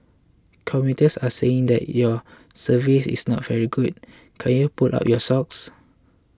commuters are saying that your service is not very good can you pull up your socks